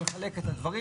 אתה יכול לחלק את הדברים,